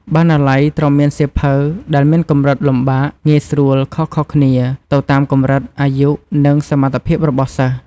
បណ្ណាល័យត្រូវមានសៀវភៅដែលមានកម្រិតលំបាកងាយស្រួលខុសៗគ្នា ទៅតាមកម្រិតអាយុ និងសមត្ថភាពរបស់សិស្ស។